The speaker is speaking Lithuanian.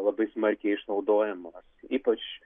labai smarkiai išnaudojamos ypač